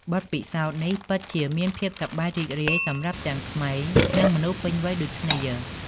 បទពិសោធន៍នេះពិតជាមានភាពសប្បាយរីករាយសម្រាប់ទាំងក្មេងនិងមនុស្សពេញវ័យដូចគ្នា។